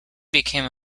became